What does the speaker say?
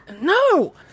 No